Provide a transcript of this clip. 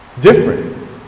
different